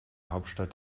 hauptstadt